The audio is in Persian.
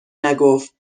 نگفت